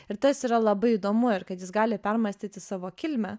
ir tas yra labai įdomu ir kad jis gali permąstyti savo kilmę